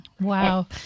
Wow